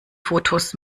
fotos